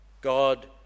God